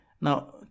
Now